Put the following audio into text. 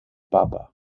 papa